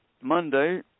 Monday